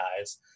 eyes